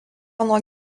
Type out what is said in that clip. nuo